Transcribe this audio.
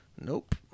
nope